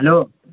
hello